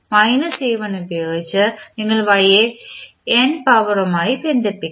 minus a1 ഉപയോഗിച്ച് നിങ്ങൾ Y യെ n പവർ മായി ബന്ധിപ്പിക്കും